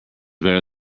better